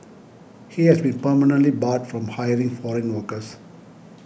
he has been permanently barred from hiring foreign workers